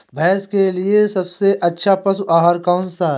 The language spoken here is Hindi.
भैंस के लिए सबसे अच्छा पशु आहार कौनसा है?